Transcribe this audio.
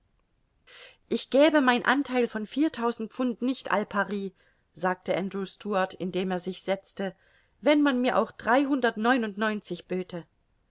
ich gäbe mein antheil von viertausend pfund nicht al pari sagte andrew stuart indem er sich setzte wenn man mir auch dreihundertneunundneunzig böte